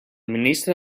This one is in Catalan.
ministre